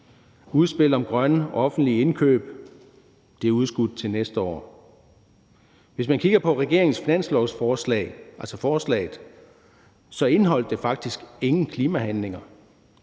Udspillet om grønne offentlige indkøb er udskudt til næste år, og hvis man kigger på regeringens finanslovsforslag, indeholdt det faktisk ingen klimaforhandlinger.